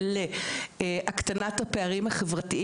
כדי שנוכל לרשום בפרוטוקול וגם שאני